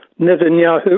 Netanyahu